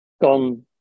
gone